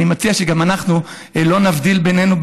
אני מציע שגם אנחנו לא נבדיל בינינו,